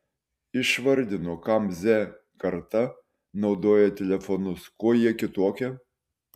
išvardino kam z karta naudoja telefonus kuo jie kitokie